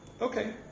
Okay